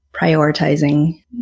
prioritizing